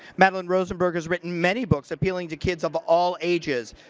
madelyn rosenberg has written many books appealing to kids of all ages,